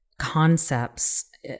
concepts